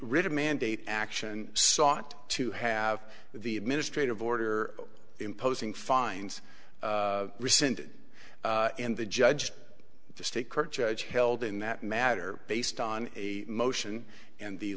writ of mandate action sought to have the administrative order imposing fines rescinded and the judge the state court judge held in that matter based on a motion and the